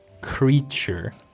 creature